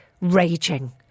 raging